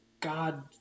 God